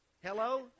Hello